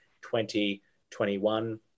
2021